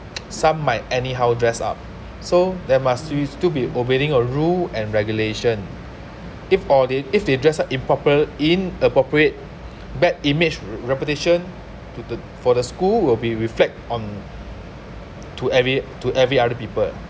some might anyhow dress up so they must strictly to be obeying the rule and regulation if all the if they dress up improper in appropriate bad image reputation to the for the school will be reflect on to every to every other people